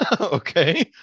okay